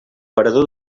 parador